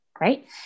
right